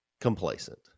complacent